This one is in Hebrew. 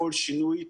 כל שינוי,